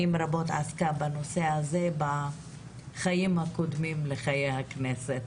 שנים רבות בנושא הזה בחיי הקודמים לחיי הכנסת.